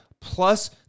plus